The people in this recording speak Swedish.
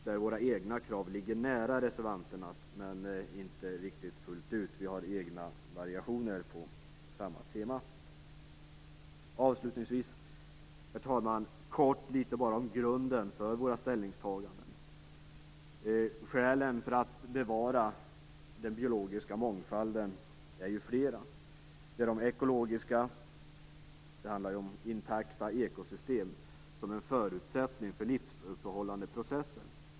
Där våra egna krav ligger nära reservanternas men är inte riktigt fullt ut lika, eftersom vi har egna variationer på samma tema. Herr talman! Jag vill avslutningsvis kort tala litet om grunden för våra ställningstaganden. Skälen för att bevara den biologiska mångfalden är flera. Det finns ekologiska skäl. Det handlar om intakta ekosystem som en förutsättning för livsuppehållande processer.